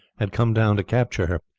had come down to capture her,